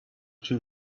too